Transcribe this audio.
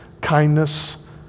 kindness